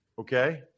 okay